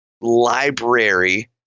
library